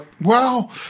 Wow